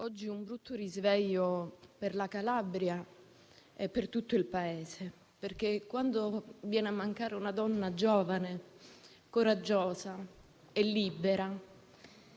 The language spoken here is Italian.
oggi è un brutto risveglio per la Calabria e per tutto il Paese perché, quando viene a mancare una donna giovane, coraggiosa e libera,